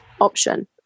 option